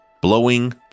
blowing